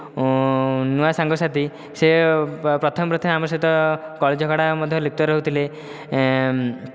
ନୂଆ ସାଙ୍ଗସାଥି ସେ ପ୍ରଥମେ ପ୍ରଥମେ ଆମ ସହିତ କଳି ଝଗଡ଼ା ମଧ୍ୟ ଲିପ୍ତ ରହୁଥିଲେ